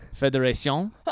Fédération